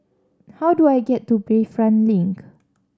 how do I get to Bayfront Link